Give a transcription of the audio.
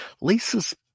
Lisa's